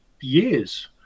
years